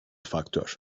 faktör